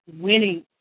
winning